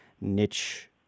niche